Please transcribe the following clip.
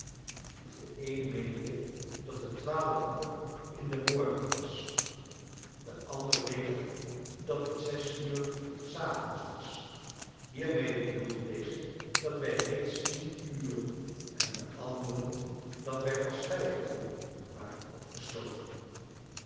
de een meende dat het twaalf uur in den morgen was de ander weder dat het zes uur s avonds was hiermede bedoelde deze dat wij reeds tien uren en de anderen dat wij pas vijf uren waren opgesloten